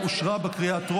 בעד, עשרה,